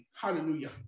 Hallelujah